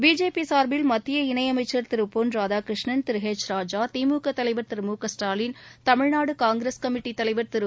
பிஜேபிசார்பில் மத்திய இணையமைச்சர் திருபொன் ராதாகிருஷ்ணன் திருஹெச் ராஜா திமுகதலைவர் திருமுகஸ்டாலின் தமிழ்நாடுகாங்கிரஸ் கமிட்டித் தலைவர் திரு சு